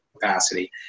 capacity